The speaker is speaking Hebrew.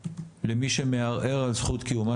אני לא אתן יד למי שמערער על זכות קיומה